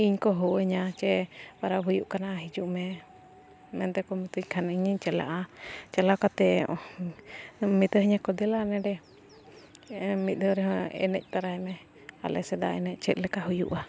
ᱤᱧ ᱠᱚ ᱦᱚᱦᱚ ᱟᱹᱧᱟᱹ ᱡᱮ ᱯᱟᱨᱟᱵᱽ ᱦᱩᱭᱩᱜ ᱠᱟᱱᱟ ᱦᱤᱡᱩᱜ ᱢᱮ ᱢᱮᱱᱛᱮᱠᱚ ᱢᱤᱛᱟᱹᱧ ᱠᱷᱟᱱ ᱤᱧᱤᱧ ᱪᱟᱞᱟᱜᱼᱟ ᱪᱟᱞᱟᱣ ᱠᱟᱛᱮ ᱢᱤᱛᱟᱹᱧ ᱟᱠᱚ ᱫᱮᱞᱟ ᱱᱚᱰᱮ ᱢᱤᱫ ᱫᱷᱟᱣ ᱨᱮᱦᱚᱸ ᱮᱱᱮᱡ ᱛᱟᱨᱟᱭ ᱢᱮ ᱟᱞᱮ ᱥᱮᱫᱟᱜ ᱮᱱᱮᱡ ᱪᱮᱫ ᱞᱮᱠᱟ ᱦᱩᱭᱩᱜᱼᱟ